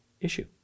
issue